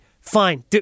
Fine